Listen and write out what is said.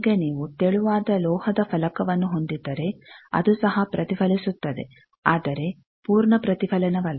ಈಗ ನೀವು ತೆಳುವಾದ ಲೋಹದ ಫಲಕವನ್ನು ಹೊಂದಿದ್ದರೆ ಅದು ಸಹ ಪ್ರತಿಫಲಿಸುತ್ತದೆ ಆದರೆ ಪೂರ್ಣ ಪ್ರತಿಫಲನವಲ್ಲ